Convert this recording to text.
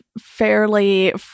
fairly